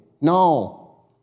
No